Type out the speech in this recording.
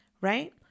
right